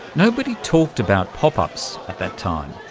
nobody talked about pop-ups at that time,